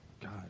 God